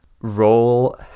Roll